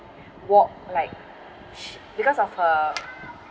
walk like sh~ because of her